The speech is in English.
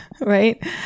Right